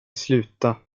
sluta